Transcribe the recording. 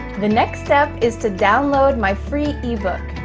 the next step is to download my free ebook,